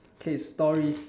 okay stories